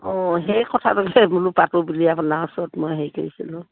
অঁ সেই কথাটোকে বোলো পাতোঁ বুলি আপোনাৰ ওচৰত মই হেৰি কৰিছিলোঁ